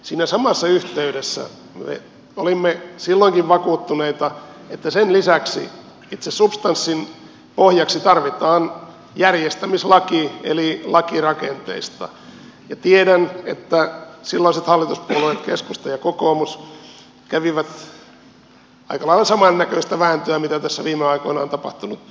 siinä samassa yhteydessä me olimme silloinkin vakuuttuneita että sen lisäksi itse substanssin pohjaksi tarvitaan järjestämislaki eli laki rakenteista ja tiedän että silloiset hallituspuolueet keskusta ja kokoomus kävivät aika lailla samannäköistä vääntöä kuin mitä tässä nytkin viime aikoina on tapahtunut